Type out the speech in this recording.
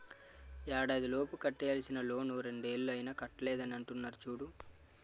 ఏడాదిలోపు కట్టేయాల్సిన లోన్ రెండేళ్ళు అయినా కట్టలేదని అంటున్నారు చూడు